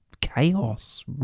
chaos